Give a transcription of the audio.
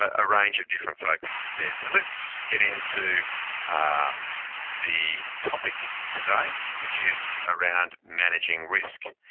ah a range of different focuses there. so let's get into the topic today, which is around managing risk.